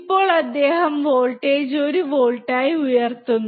ഇപ്പോൾ അദ്ദേഹം വോൾട്ടേജ് 1 വോൾട്ടായി ഉയർത്തുന്നു